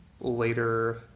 later